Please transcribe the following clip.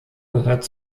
gehört